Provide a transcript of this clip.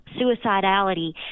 suicidality